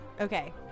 Okay